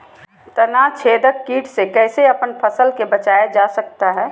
तनाछेदक किट से कैसे अपन फसल के बचाया जा सकता हैं?